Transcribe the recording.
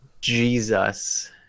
Jesus